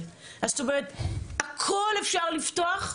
הכול אפשרי לפתוח,